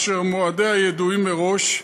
אשר מועדיה ידועים מראש,